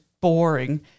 boring